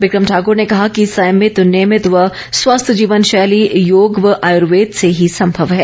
बिक्रम ठाकर ने कहा कि संयमित नियमित व स्वस्थ जीवनॅशैली योग व आयुर्वेद से ही संभव है